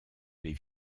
les